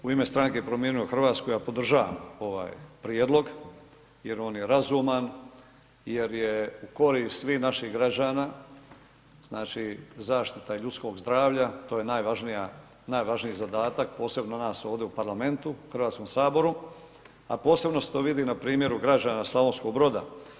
U ime stranke Promijenimo Hrvatsku ja podržavam ovaj prijedlog jer on je razuman, jer je u korist svih naših građana, znači, zaštita ljudskog zdravlja, to je najvažniji zadatak, posebno nas ovdje u parlamentu, HS-u, a posebno se to vidi na primjeru građana Slavonskog Broda.